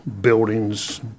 buildings